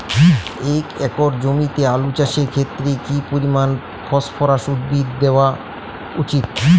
এক একর জমিতে আলু চাষের ক্ষেত্রে কি পরিমাণ ফসফরাস উদ্ভিদ দেওয়া উচিৎ?